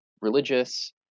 religious